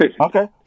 Okay